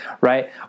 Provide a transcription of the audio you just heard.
right